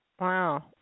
Wow